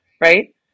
right